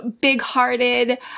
big-hearted